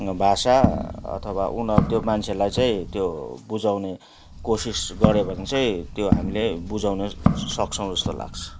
भाषा अथवा उनीहरू त्यो मान्छेलाई चाहिँ त्यो बुझाउने कोसिस गऱ्यो भने चाहिँ त्यो हामीले बुझाउन सक्छौँ जस्तो लाग्छ